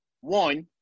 One